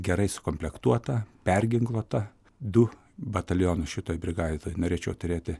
gerai sukomplektuotą perginkluotą du batalionus šitoj brigadoj norėčiau turėti